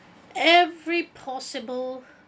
every possible